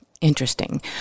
interesting